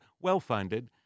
Well-funded